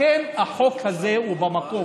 לכן החוק הזה הוא במקום,